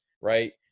right